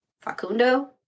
Facundo